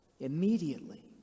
Immediately